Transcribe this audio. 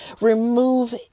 remove